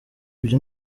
ibyo